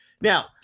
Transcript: Now